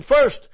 first